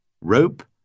rope